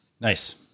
Nice